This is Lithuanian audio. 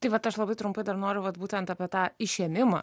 tai vat aš labai trumpai dar noriu vat būtent apie tą išėmimą